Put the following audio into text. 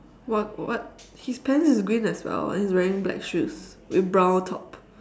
what what his pants is green as well and he's wearing black shoes with brown top